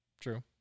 true